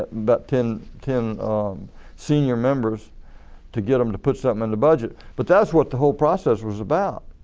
but ten ten senior members to get them to put something in the budget. but that is what the whole process was about.